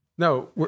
No